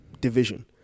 division